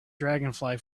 dragonfly